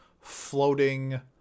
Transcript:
floating